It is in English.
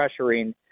pressuring